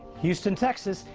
houston, texas,